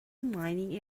mining